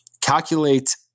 calculate